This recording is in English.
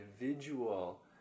individual